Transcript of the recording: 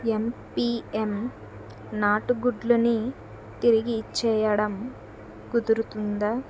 ఎంపీఎం నాటు గుడ్లని తిరిగి ఇచ్చేయడం కుదురుతుందా